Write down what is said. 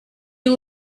you